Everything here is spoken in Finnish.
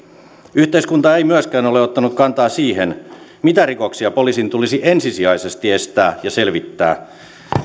yhteiskunta ei myöskään ole ottanut kantaa siihen mitä rikoksia poliisin tulisi ensisijaisesti estää ja selvittää